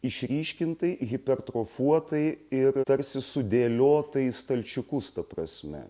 išryškintai hipertrofuotai ir tarsi sudėliota į stalčiukus ta prasme